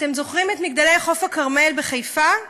אתם זוכרים את מגדלי חוף הכרמל בחיפה,